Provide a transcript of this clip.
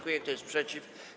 Kto jest przeciw?